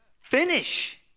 Finish